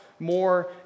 more